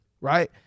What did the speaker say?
right